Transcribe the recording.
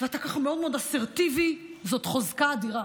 ואתה ככה מאוד מאוד אסרטיבי, זאת חוזקה אדירה,